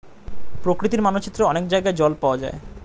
প্রকৃতির মানচিত্রে অনেক জায়গায় জল পাওয়া যায়